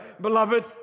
beloved